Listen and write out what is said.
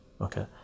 Okay